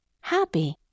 happy